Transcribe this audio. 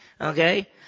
Okay